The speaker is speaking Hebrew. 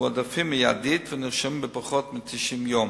מתועדפים מייד ונרשמים בפחות מ-90 יום.